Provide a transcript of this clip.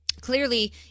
Clearly